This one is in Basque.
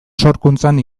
sorkuntzan